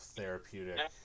therapeutic